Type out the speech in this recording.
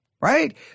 right